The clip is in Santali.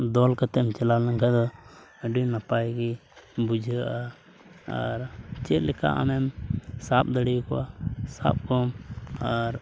ᱫᱚᱞ ᱠᱟᱛᱮᱫ ᱪᱟᱞᱟᱣ ᱞᱮᱱᱠᱷᱟᱡ ᱫᱚ ᱟᱹᱰᱤ ᱱᱟᱯᱟᱭ ᱜᱮ ᱵᱩᱡᱷᱟᱹᱜᱼᱟ ᱟᱨ ᱪᱮᱫ ᱞᱮᱠᱟ ᱟᱢᱮᱢ ᱥᱟᱵ ᱫᱟᱲᱮ ᱠᱚᱣᱟ ᱥᱟᱵ ᱠᱚᱢ ᱟᱨ